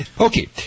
Okay